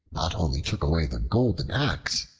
not only took away the golden axe,